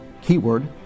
keyword